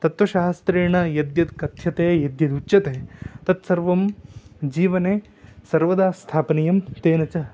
तत्वशास्त्रेण यद्यत् कथ्यते यद्यदुच्यते तत् सर्वं जीवने सर्वदा स्थापनीयं तेन च